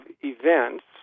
events